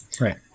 right